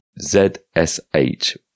zsh